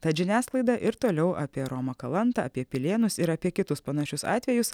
tad žiniasklaida ir toliau apie romą kalantą apie pilėnus ir apie kitus panašius atvejus